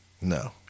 No